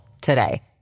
today